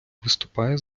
виступає